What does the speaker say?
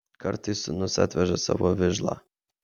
kartais sūnus atveža savo vižlą